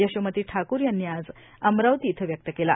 यशोमती ठाकूर यांनी आज अमरावती इथं व्यक्त केला